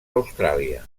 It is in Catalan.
austràlia